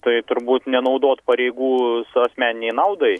tai turbūt nenaudot pareigų sa asmeninei naudai